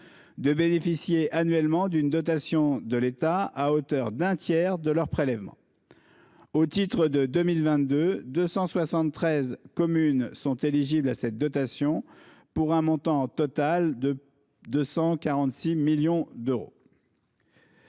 de disposer annuellement d'une dotation de l'État à hauteur d'un tiers de leur prélèvement. Au titre de 2022, quelque 273 communes sont éligibles à cette dotation, pour un montant total de 246 millions d'euros.